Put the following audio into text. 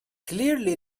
clearly